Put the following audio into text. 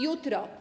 Jutro?